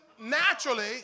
naturally